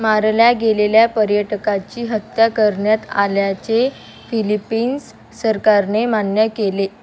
मारल्या गेलेल्या पर्यटकाची हत्या करण्यात आल्याचे फिलिपीन्स सरकारने मान्य केले